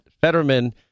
Fetterman